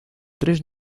tres